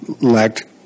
lacked